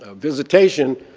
ah visitation,